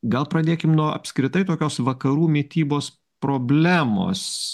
gal pradėkim nuo apskritai tokios vakarų mitybos problemos